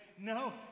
no